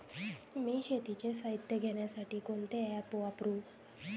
मी शेतीचे साहित्य घेण्यासाठी कोणते ॲप वापरु?